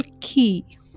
key